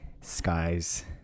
skies